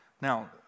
Now